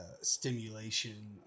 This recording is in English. stimulation